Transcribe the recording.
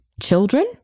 children